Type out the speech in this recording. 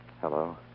Hello